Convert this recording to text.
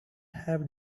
have